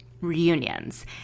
reunions